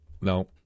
no